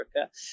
Africa